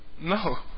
No